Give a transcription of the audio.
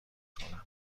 کنم